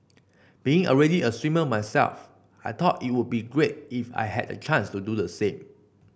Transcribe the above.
being already a swimmer myself I thought it would be great if I had the chance to do the same